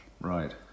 Right